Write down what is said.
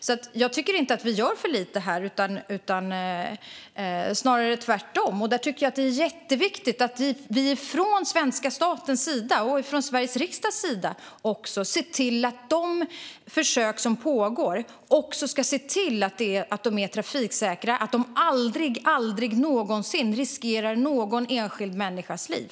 Jag tycker därför inte att vi gör för lite i detta sammanhang - snarare tvärtom. Där tycker jag att det är jätteviktigt att vi från den svenska statens sida och från Sveriges riksdags sida ser till att de försök som pågår också är trafiksäkra och att de aldrig någonsin riskerar någon enskild människas liv.